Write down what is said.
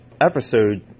episode